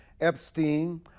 Epstein